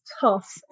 tough